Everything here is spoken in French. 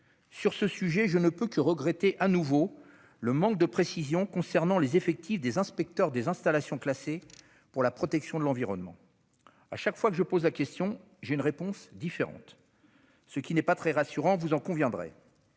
Sur ce sujet, je ne puis que regretter de nouveau le manque de précision concernant les effectifs des inspecteurs des installations classées pour la protection de l'environnement (ICPE). Chaque fois que je pose la question, j'obtiens une réponse différente ! Ce n'est pas très rassurant ... Il semble